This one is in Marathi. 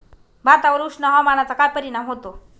भातावर उष्ण हवामानाचा काय परिणाम होतो?